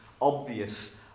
obvious